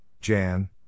Jan